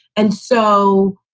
and so,